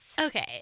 Okay